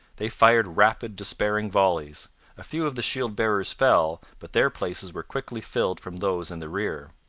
they fired rapid, despairing volleys a few of the shield-bearers fell, but their places were quickly filled from those in the rear.